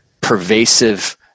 pervasive